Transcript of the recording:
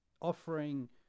offering